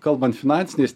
kalbant finansiniais